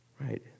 Right